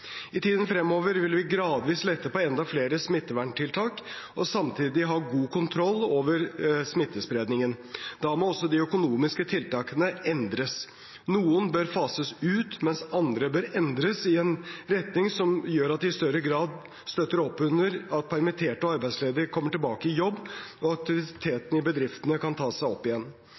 I tiden fremover vil vi gradvis lette på enda flere smitteverntiltak og samtidig ha god kontroll over smittespredningen. Da må også de økonomiske tiltakene endres. Noen bør fases ut, mens andre bør endres i en retning som gjør at de i større grad støtter opp under at permitterte og arbeidsledige kommer tilbake i jobb, og at aktiviteten i bedriftene kan ta seg opp igjen.